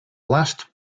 last